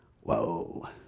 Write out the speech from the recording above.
whoa